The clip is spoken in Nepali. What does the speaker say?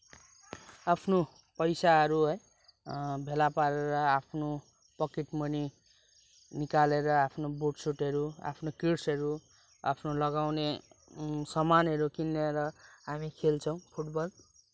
आफ्नो पैसाहरू है भेला पारेर आफ्नो पकेट मनी निकालेर आफ्नो बुटसुटहरू आफ्नो किट्सहरू आफ्नो लगाउने सामानहरू किनेर हामी खेल्छौँ फुटबल